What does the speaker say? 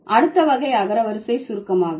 அடுத்த வகை அகரவரிசை சுருக்கமாகும்